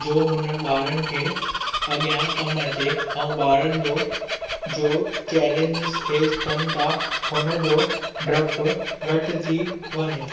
जो हुन ॿारनि खे अॻियां कमु अचे ऐं ॿारनि जो जो चैलेंजेस फ़ेस कनि था हुनजो डपु घटि थी वञे